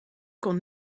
kon